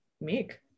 make